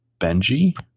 Benji